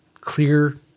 clear